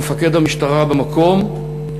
למפקד המשטרה במקום,